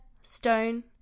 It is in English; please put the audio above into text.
stone